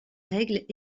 règles